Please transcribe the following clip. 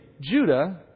Judah